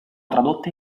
tradotte